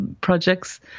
projects